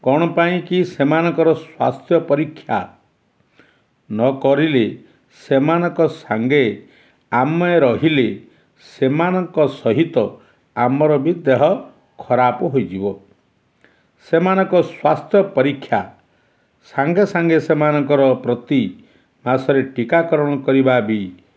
କ'ଣ ପାଇଁ କି ସେମାନଙ୍କର ସ୍ୱାସ୍ଥ୍ୟ ପରୀକ୍ଷା ନକରିଲେ ସେମାନଙ୍କ ସାଙ୍ଗେ ଆମେ ରହିଲେ ସେମାନଙ୍କ ସହିତ ଆମର ବି ଦେହ ଖରାପ ହୋଇଯିବ ସେମାନଙ୍କ ସ୍ୱାସ୍ଥ୍ୟ ପରୀକ୍ଷା ସାଙ୍ଗେ ସାଙ୍ଗେ ସେମାନଙ୍କର ପ୍ରତି ମାସରେ ଟୀକାକରଣ କରିବା ବି